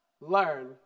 learn